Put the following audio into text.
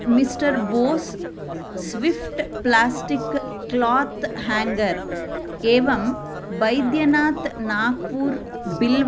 mister Boss swift plastic cloth hanger एवं वैद्यनाथ् नाग्पूर् बिल्वा कर्णतैलम् इत्यस्य च वितरणं कर्तुं कियत् समयं भवति